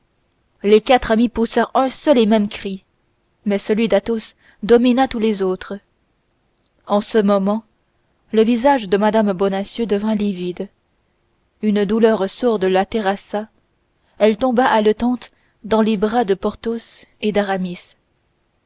les quatre amis poussèrent un seul et même cri mais celui d'athos domina tous les autres en ce moment le visage de mme bonacieux devint livide une douleur sourde la terrassa elle tomba haletante dans les bras de porthos et d'aramis